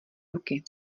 ruky